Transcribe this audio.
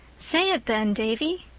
say it then, davy.